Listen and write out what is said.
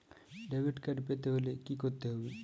Debit card পেতে হলে কি করতে হবে?